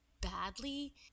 badly